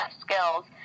skills